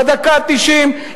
בדקה התשעים,